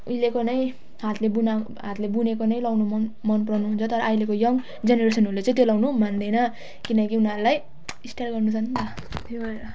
उहिलेको नै हातले बुना हातले बुनेको नै लगाउनु मन मन पराउनु हुन्छ तर अहिलेको यङ जेनरेसनहरूले चाहिँ त्यो लगाउनु मान्दैन किनकि उनीहरूलाई स्टाइल गर्नु छन् त्यो भएर